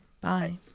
Bye